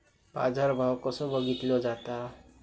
बाजार भाव कसो बघीतलो जाता?